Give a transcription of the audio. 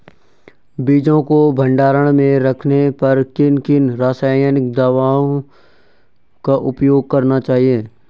बीजों को भंडारण में रखने पर किन किन रासायनिक दावों का उपयोग करना चाहिए?